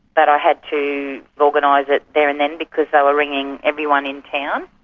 but i had to organise it there and then because they were ringing everyone in town.